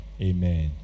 amen